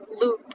loop